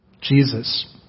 Jesus